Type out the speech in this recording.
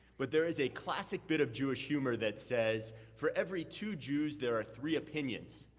but there is a classic bit of jewish humor that says, for every two jews, there are three opinions.